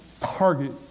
target